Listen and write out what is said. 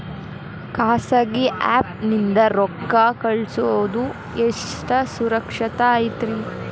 ಖಾಸಗಿ ಆ್ಯಪ್ ನಿಂದ ರೊಕ್ಕ ಕಳ್ಸೋದು ಎಷ್ಟ ಸುರಕ್ಷತಾ ಐತ್ರಿ?